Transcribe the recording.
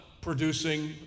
producing